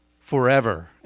forever